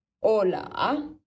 Hola